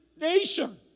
nation